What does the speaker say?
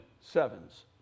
sevens